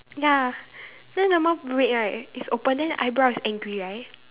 ya then the mouth red right is open then the eyebrow is angry right